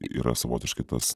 yra savotiškai tas